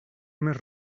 més